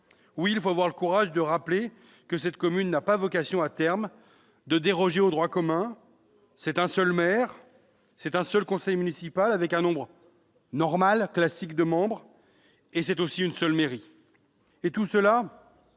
Oui, il faut avoir le courage de rappeler que cette commune n'a pas vocation, à terme, à déroger au droit commun : un seul maire, un seul conseil municipal avec un nombre « normal » de membres, une seule mairie ... Tout cela